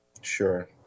Sure